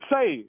Say